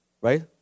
right